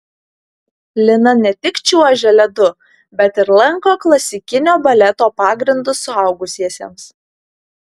lina ne tik čiuožia ledu bet ir lanko klasikinio baleto pagrindus suaugusiesiems